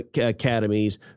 academies